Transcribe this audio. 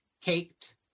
caked